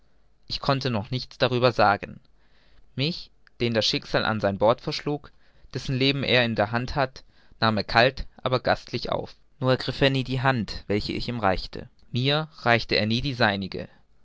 ich konnte noch nichts darüber sagen mich den das schicksal an sein bord verschlug dessen leben er in der hand hat nahm er kalt aber gastlich auf nur ergriff er nie die hand welche ich ihm reichte mir reichte er nie die seinige